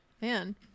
Man